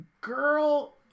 Girl